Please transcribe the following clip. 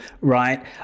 right